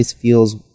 feels